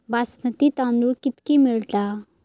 बासमती तांदूळ कितीक मिळता?